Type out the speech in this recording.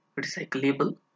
recyclable